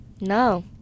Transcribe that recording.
No